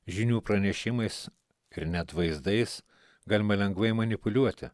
žinių pranešimais ir net vaizdais galima lengvai manipuliuoti